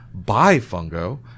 bifungo